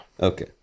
Okay